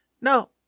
no